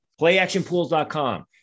Playactionpools.com